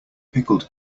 pickled